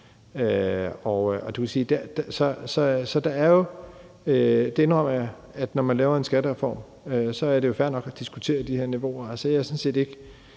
Jeg indrømmer, at når man laver en skattereform, er det jo fair nok at diskutere de her niveauer.